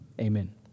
amen